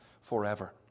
forever